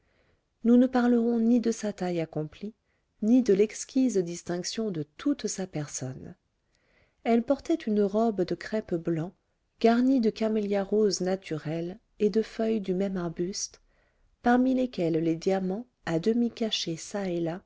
nous ne parlerons ni de sa taille accomplie ni de l'exquise distinction de toute sa personne elle portait une robe de crêpe blanc garnie de camélias roses naturels et de feuilles du même arbuste parmi lesquelles les diamants à demi cachés